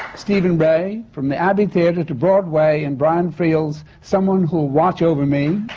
steven rea from the abbey theatre to broadway in brian fray's someone who'll watch over me.